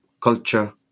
culture